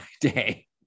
day